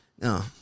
No